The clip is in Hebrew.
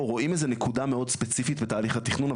רואים איזה נקודה מאוד ספציפית בתהליך התכנון,